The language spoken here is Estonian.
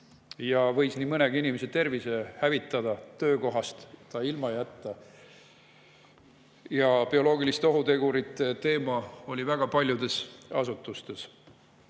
ja võis nii mõnegi inimese tervise hävitada, töökohast ilma jätta. Ja bioloogiliste ohutegurite teema oli väga paljudes asutustes